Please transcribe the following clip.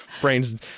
Brains